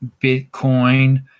Bitcoin